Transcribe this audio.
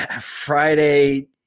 Friday